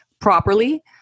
properly